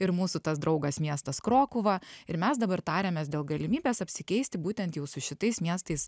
ir mūsų tas draugas miestas krokuva ir mes dabar tariamės dėl galimybės apsikeisti būtent jūsų šitais miestais